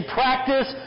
practice